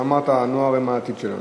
אתה אמרת: הנוער הם העתיד שלנו.